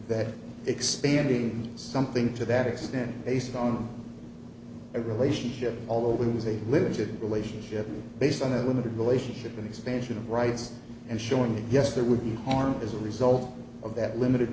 that expanding something to that extent based on the relationship although it was a limited relationship based on a limited relationship an expansion of rights and showing yes there would be harm as a result of that limited